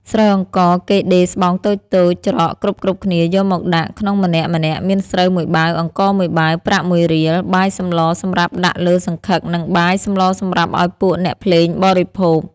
ស្រូវអង្ករ គេដេរស្បោងតូចៗច្រកគ្រប់ៗគ្នាយក មកដាក់ ក្នុងម្នាក់ៗមានស្រូវ ១បាវ អង្ករ ១បាវ ប្រាក់ ១រៀល បាយសម្លសម្រាប់ដាក់លើសង្ឃឹក និងបាយ សម្លសម្រាប់ឲ្យពួកអ្នកភ្លេងបរិភោគ ។